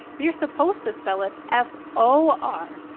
you're supposed to spell it f o r.